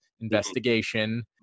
investigation